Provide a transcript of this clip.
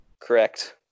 Correct